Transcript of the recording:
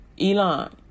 Elon